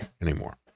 anymore